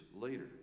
later